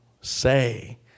say